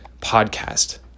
podcast